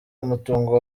umutungo